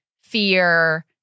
fear